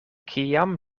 kiam